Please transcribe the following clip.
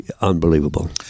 unbelievable